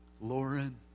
Lauren